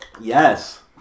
Yes